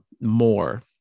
more